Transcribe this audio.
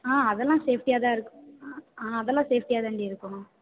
ஆ அதெல்லாம் சேஃப்ட்டியாக தான் இருக்குது ஆ ஆ அதெல்லாம் சேஃப்ட்டியாக தான்டி இருக்கும்